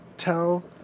tell